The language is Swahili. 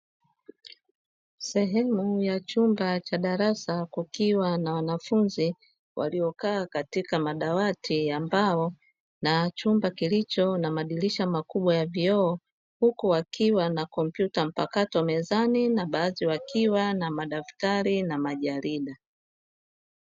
Sehemu ya chumba cha darasa kukiwa na wanafunzi waliokaa katika madawati ya mbao, na ya chumba kilicho na madirisha makubwa ya vioo huku wakiwa na kompyuta mpakato mezani, na baadhi wakiwa na madaftari na majarida.